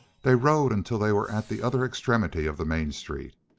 they rode until they were at the other extremity of the main street.